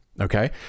okay